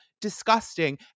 disgusting